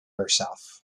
herself